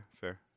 fair